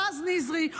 רז נזרי,